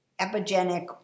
epigenic